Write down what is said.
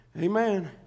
Amen